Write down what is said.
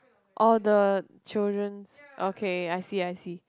all the children okay I see I see